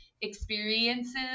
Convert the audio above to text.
experiences